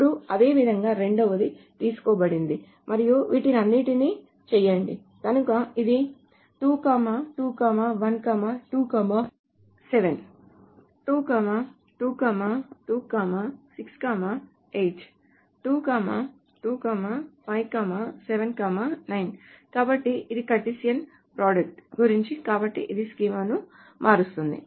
ఇప్పుడు అదేవిధంగా రెండవది తీసుకోబడింది మరియు వీటన్నింటినీ చేయండి కనుక ఇది 2 2 1 2 7 2 2 2 6 8 2 2 5 7 9 కాబట్టి ఇది కార్టిసియన్ ప్రోడక్ట్ గురించి కాబట్టి ఇది స్కీమాను మారుస్తుంది